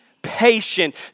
Patient